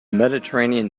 mediterranean